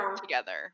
together